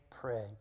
pray